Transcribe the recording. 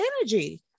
energy